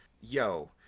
yo